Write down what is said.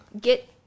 Get